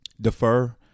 defer